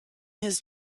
his